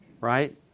right